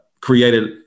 created